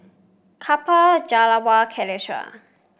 Kapil Jawaharlal Kailash